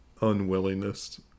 unwillingness